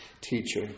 teacher